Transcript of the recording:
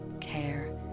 care